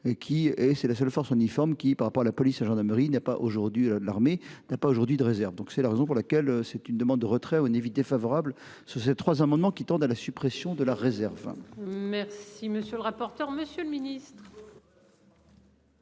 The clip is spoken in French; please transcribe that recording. et c'est la seule force en uniforme qui par rapport à la police, gendarmerie, n'est pas aujourd'hui l'armée n'a pas aujourd'hui de réserve, donc c'est la raison pour laquelle c'est une demande de retrait défavorable sur ces trois amendements qui tendent à la suppression de la réserve. Merci monsieur le rapporteur. Monsieur le Ministre.